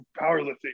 powerlifting